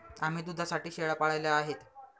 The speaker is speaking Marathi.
आम्ही दुधासाठी शेळ्या पाळल्या आहेत